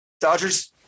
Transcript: Dodgers